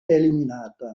eliminata